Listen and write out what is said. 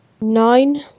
Nine